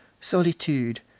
solitude